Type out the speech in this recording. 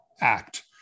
act